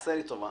עשה לי טובה.